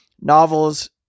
novels